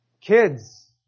Kids